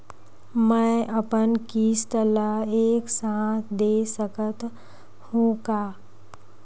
मै अपन किस्त ल एक साथ दे सकत हु का?